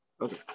Okay